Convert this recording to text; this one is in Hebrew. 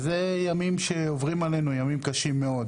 אלה ימים קשים מאוד